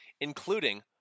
including